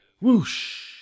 Whoosh